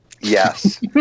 Yes